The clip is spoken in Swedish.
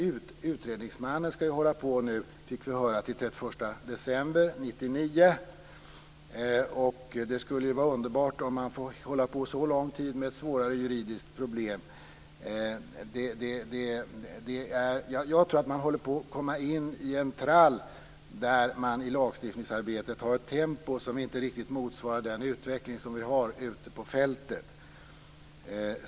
Utredningsmannen skall hålla på till 31 december 1999. Det vore underbart om man fick hålla på så lång tid med svåra juridiska problem. Jag tror att man i lagstiftningsarbetet håller på att komma in i en trall där man har ett tempo som inte riktigt motsvarar den utveckling som sker ute på fältet.